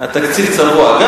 התקציב צבוע.